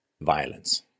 violence